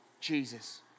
Jesus